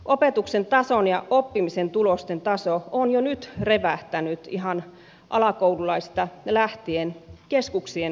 opetuksen taso ja oppimisen tulosten taso ovat jo nyt revähtäneet ihan alakoululaisista lähtien keskuksien hyväksi